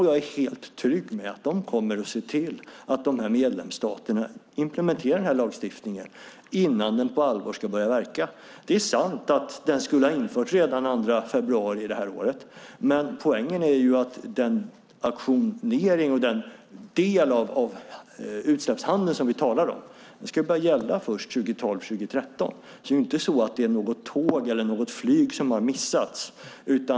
Jag är helt trygg med att de kommer att se till att de här medlemsstaterna implementerar lagstiftningen innan denna på allvar ska börja verka. Det är sant att den skulle ha införts redan den 2 februari i år, men poängen är att den auktionering och del av utsläppshandeln vi talar om ska börja gälla först 2012 eller 2013, så det är inte något tåg eller flyg som har missats.